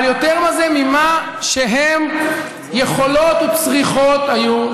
אבל יותר מזה, ממה שהן יכולות וצריכות היו להיות.